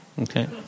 Okay